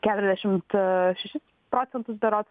keliasdešimt šešis procentus berods